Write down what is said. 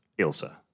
Ilsa